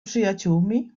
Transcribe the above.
przyjaciółmi